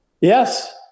Yes